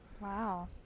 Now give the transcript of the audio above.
Wow